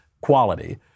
quality